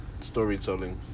storytelling